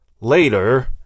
later